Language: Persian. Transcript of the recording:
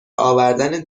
آوردن